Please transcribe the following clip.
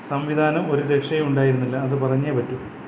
സംവിധാനം ഒരു രക്ഷയും ഉണ്ടായിരുന്നില്ല അത് പറഞ്ഞേ പറ്റൂ